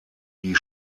die